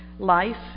Life